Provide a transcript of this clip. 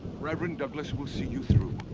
reverend douglass will see you through.